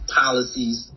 policies